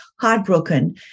heartbroken